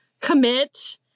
commit